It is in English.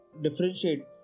differentiate